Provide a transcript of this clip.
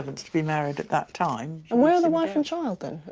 to be married at that time. and where were the wife and child then?